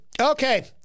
Okay